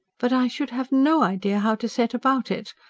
but i should have no idea how to set about it.